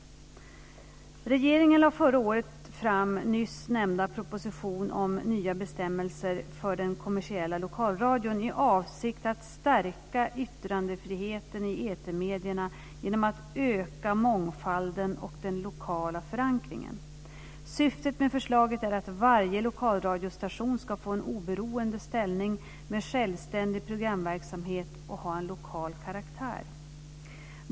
Regeringen lade förra året fram nyss nämnda proposition om nya bestämmelser för den kommersiella lokalradion i avsikt att stärka yttrandefriheten i etermedierna genom att öka mångfalden och den lokala förankringen. Syftet med förslaget är att varje lokalradiostation ska få en oberoende ställning med självständig programverksamhet och ha en lokal karaktär.